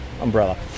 umbrella